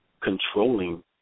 controlling